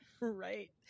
Right